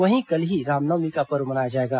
वहीं कल ही रामनवमीं का पर्व मनाया जाएगा